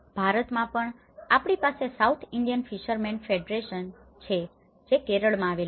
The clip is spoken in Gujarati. ભારતમાં પણ આપણી પાસે સાઉથ ઈન્ડિયન ફિશરમેન ફેડરેશન છે જે કેરળમાં આવેલું છે